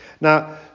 now